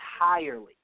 entirely